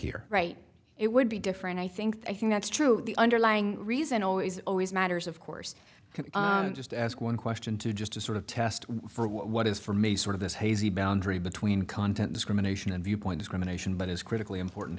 here right it would be different i think i think that's true the underlying reason always always matters of course you can just ask one question to just to sort of test for what is from a sort of this hazy boundary between content discrimination and viewpoint discrimination but is critically important